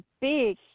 big